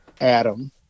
Adam